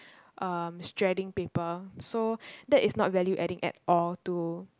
um shredding paper so that is not value adding at all to